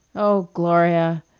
oh, gloria!